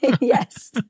Yes